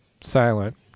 silent